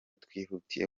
twihutiye